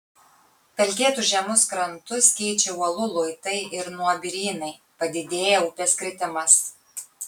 pelkėtus žemus krantus keičia uolų luitai ir nuobirynai padidėja upės kritimas